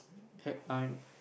have time